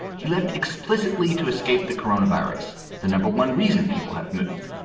he left explicitly to escape the coronavirus. the number one reason people have moved.